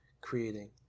creating